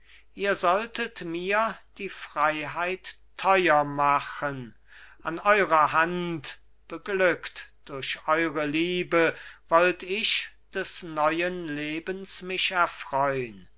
ihr solltet mir die freiheit teuer machen an eurer hand beglückt durch eure liebe wollt ich des neuen lebens mich erfreun